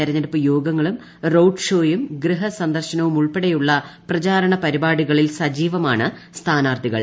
തെരഞ്ഞെടുപ്പ് യോഗങ്ങളും റോഡ് ഷോയും ഗൃഹ സന്ദർശനവുമുൾപ്പെടെയുള്ള പ്രചാരണ പരിപാടികളിൽ സജീവമാണ് സ്ഥാനാർത്ഥികൾ